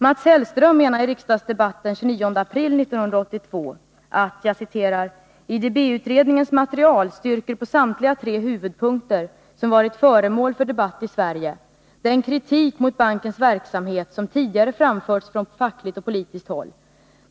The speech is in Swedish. Mats Hellström anförde i riksdagsdebatten den 29 april 1982: ”IDB utredningens material styrker på samtliga tre huvudpunkter, som varit föremål för debatt i Sverige, den kritik mot bankens verksamhet som tidigare framförts från fackligt och politiskt håll.